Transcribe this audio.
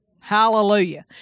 Hallelujah